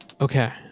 Okay